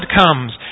comes